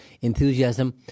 enthusiasm